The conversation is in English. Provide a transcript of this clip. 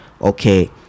okay